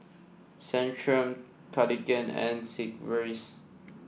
Centrum Cartigain and Sigvaris